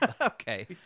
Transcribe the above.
Okay